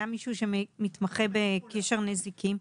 גם מישהו שמתמחה בקשר נזיקין.